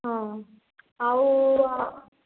ହଁ ଆଉ